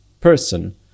person